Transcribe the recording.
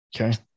Okay